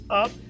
up